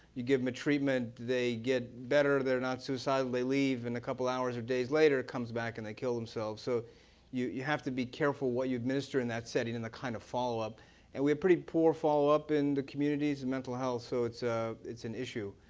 you give them a treatment, they get better they're not suicidal they leave. and a couple of hours or days later, comes back and they kill themselves. so you you have to be careful what administer in that setting and the kind of follow-up and we have pretty poor follow-up in the communities and mental health so it's ah it's an issue.